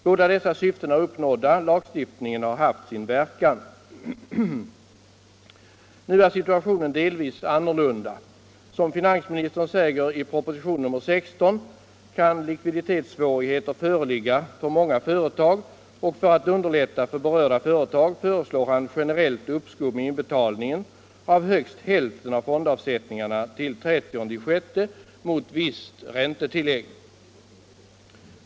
Båda dessa syften är uppnådda. Lagstiftningen har haft sin verkan. Nu är situationen delvis annorlunda. Som finansministern säger i propositionen 16 kan likviditetssvårigheter föreligga för många företag, och för att underlätta för berörda företag föreslår han generellt uppskov med inbetalningen av högst hälften av fondavsättningarna till den 30 juni mot visst räntetillägg.